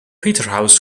peterhouse